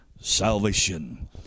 salvation